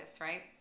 right